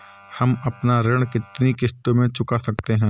हम अपना ऋण कितनी किश्तों में चुका सकते हैं?